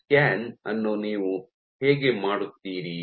ಈ ಸ್ಕ್ಯಾನ್ ಅನ್ನು ನೀವು ಹೇಗೆ ಮಾಡುತ್ತೀರಿ